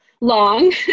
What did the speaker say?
long